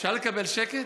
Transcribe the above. אפשר לקבל שקט?